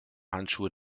handschuhe